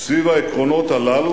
סביב העקרונות הללו,